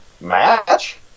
match